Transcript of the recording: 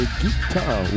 guitar